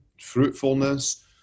fruitfulness